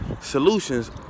solutions